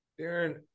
Darren